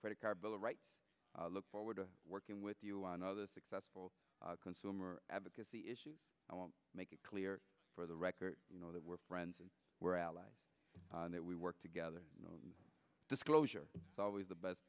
credit card bill right i look forward to working with you on other successful consumer advocacy issues i won't make it clear for the record you know that we're friends and we're allies that we work together you know disclosure is always the best